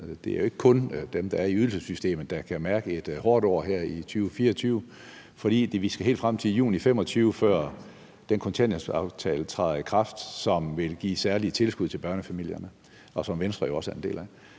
det er jo ikke kun dem, der er i ydelsessystemet – der kan mærke et hårdt år her i 2024, for vi skal helt frem til juni 2025, før den kontanthjælpsaftale, som vil give særlige tilskud til børnefamilierne, og som Venstre jo også er en del af,